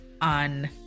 on